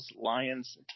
Lions